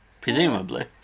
Presumably